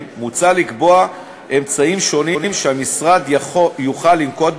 מוצע לקבוע אמצעים שונים שהמשרד יוכל לנקוט: